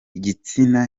igitsina